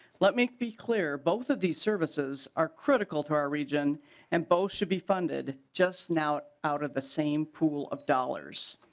let me be clear. both of these services are critical to our region and both should be funded just not out of the same pool of dollars.